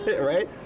right